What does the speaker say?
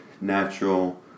natural